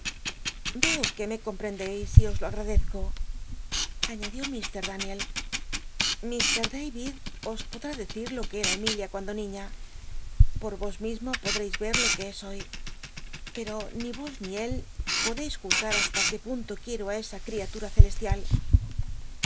veo que me comprendereis y os lo agradezco añadió mr daniel lt dayicl os potli i decir lo que era emilia cuando niiía por os mismo podteis yer lo qu e es hoy pero ni os ni él